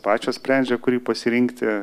pačios sprendžia kurį pasirinkti